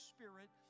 Spirit